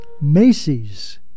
Macy's